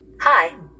hi